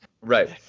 Right